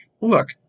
Look